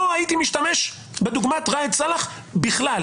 לא הייתי משתמש בדוגמת ראאד סלאח בכלל.